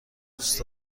دوست